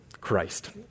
Christ